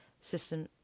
system